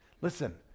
Listen